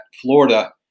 Florida